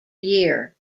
year